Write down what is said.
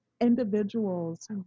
individuals